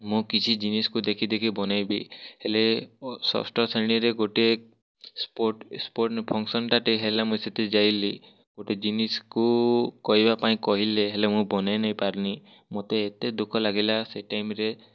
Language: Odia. ମୁଁ କିଛି ଜିନିଷ୍କୁ ଦେଖି ଦେଖି ବନେଇବି ହେଲେ ମୋ ଷଷ୍ଠ ଶ୍ରେଣୀରେ ଗୋଟିଏ ସ୍ପୋର୍ଟ୍ ସ୍ପୋର୍ଟ୍ ଫଙ୍କସନ୍ଟା ହେଲା ମୁଁ ସେଇଠି ଯାଇଲି ଗୋଟେ ଜିନିଷ୍କୁ କହିବା ପାଇଁ କହିଲେ ହେଲେ ମୁଁ ବନେଇ ନେଇ ପାରିନି ମତେ ଏତେ ଦୁଃଖ ଲାଗିଲା ସେ ଟାଇମ୍ରେ